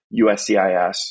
USCIS